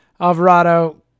Alvarado